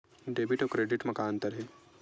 Debit अउ credit म का अंतर हे?